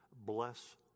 Bless